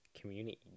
community